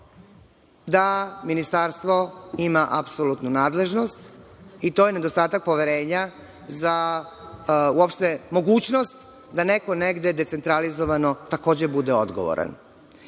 da Ministarstvo ima apsolutnu nadležnost, i to je nedostatak poverenja za uopšte mogućnost da negde neko decentralizovano takođe bude odgovoran. Drugi